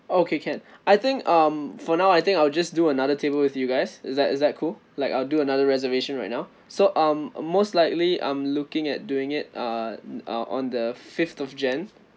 okay can I think um for now I think I will just do another table with you guys is that is that cool like I'll do another reservation right now so um most likely I'm looking at doing it uh uh on the fifth of jan